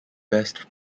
best